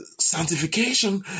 sanctification